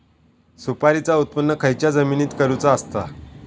सुपारीचा उत्त्पन खयच्या जमिनीत करूचा असता?